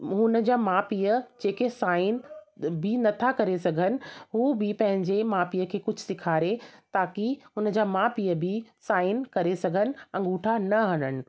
उन जा माउ पीउ जेके साईन बि न था करे सघनि उहे बि पंहिंजे माउ पीउ खे कुझु सेखारे ताकी उन जा माउ पीउ बि साईन करे सघनि अंगूठा न हणनि